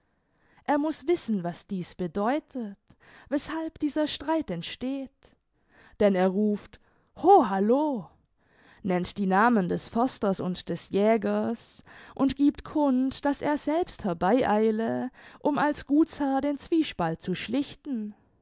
er muß wissen was dieß bedeutet weßhalb dieser streit entsteht denn er ruft ho halloh nennt die namen des försters und des jägers und giebt kund daß er selbst herbeieile um als gutsherr den zwiespalt zu schlichten